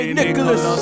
Nicholas